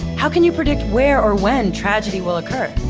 how can you predict where or when tragedy will occur?